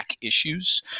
issues